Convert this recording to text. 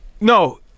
no